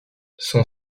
son